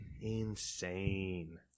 Insane